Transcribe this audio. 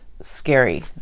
scary